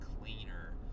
cleaner